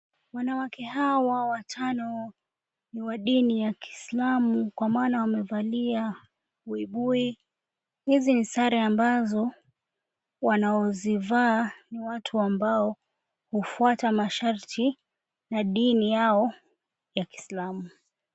Wanawake hawa watano ni wa dini ya Kiislamu kwa maana wamevalia buibui. Hizi ni sare ambazo wanaozivaa ni watu ambao hufuata masharti na dini yao ya Kiislamu.